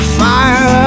fire